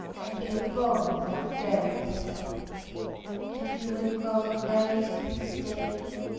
and your bones are very brittle if you would grow great and stately,